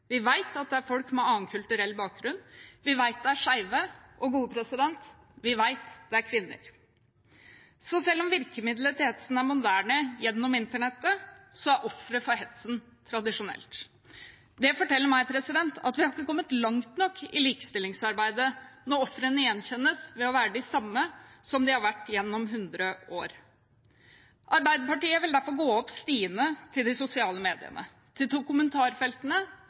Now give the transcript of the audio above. Vi vet at det er folk med annen kulturell bakgrunn, vi vet at det er skeive, og vi vet at det er kvinner. Så selv om virkemidlet til hetsen er moderne gjennom internett, er offeret for hetsen tradisjonelt. Det forteller meg at vi ikke har kommet langt nok i likestillingsarbeidet når ofrene gjenkjennes ved å være de samme som de har vært gjennom hundre år. Arbeiderpartiet vil derfor gå opp stiene til de sosiale mediene, til kommentarfeltene